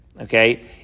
okay